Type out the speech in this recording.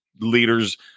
leaders